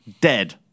dead